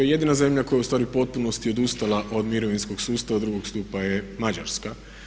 Jedina zemlja koja je ustvari u potpunosti odustala od mirovinskog sustava 2. stupa je Mađarska.